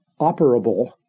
operable